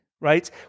right